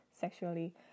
sexually